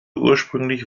ursprünglich